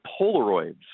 Polaroids